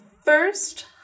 first